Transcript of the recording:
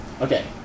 Okay